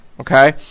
Okay